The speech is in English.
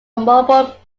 mobile